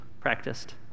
practiced